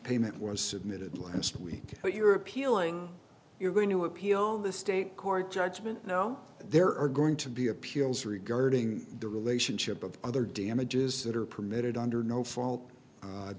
payment was submitted last week but you're appealing you're going to appeal the state court judgment you know there are going to be appeals regarding the relationship of other damages that are permitted under no fault